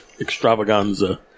extravaganza